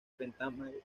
pentámeras